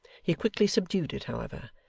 he quickly subdued it, however,